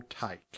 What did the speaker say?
take